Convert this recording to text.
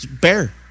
bear